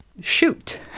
shoot